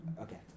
Okay